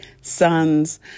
sons